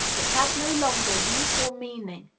it has no longer use or meaning.